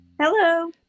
Hello